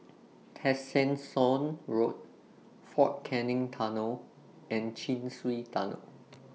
Tessensohn Road Fort Canning Tunnel and Chin Swee Tunnel